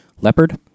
leopard